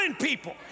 people